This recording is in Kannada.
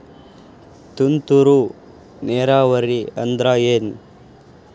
ತುಂತುರು ನೇರಾವರಿ ಅಂದ್ರ ಏನ್?